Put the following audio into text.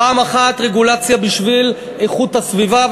פעם אחת רגולציה בשביל איכות הסביבה,